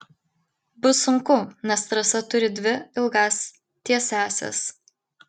bus sunku nes trasa turi dvi ilgas tiesiąsias